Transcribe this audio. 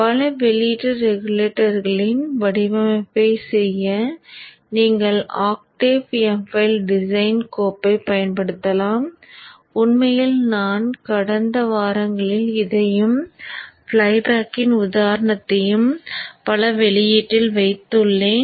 பல வெளியீட்டு ரெகுலேட்டர்களின் வடிவமைப்பைச் செய்ய நீங்கள் நேரம் பார்க்க 1858 ஆக்டேவ் எம்ஃபைல் டிசைன் கோப்பைப் பயன்படுத்தலாம் உண்மையில் நான் கடந்த வாரங்களில் இதையும் ஃப்ளைபேக்கின் உதாரணத்தையும் பல வெளியீட்டில் வைத்துள்ளேன்